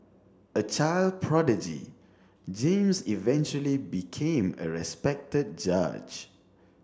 a child prodigy James eventually became a respected judge